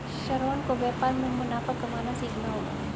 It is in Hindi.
श्रवण को व्यापार में मुनाफा कमाना सीखना होगा